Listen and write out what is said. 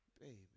baby